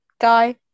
guy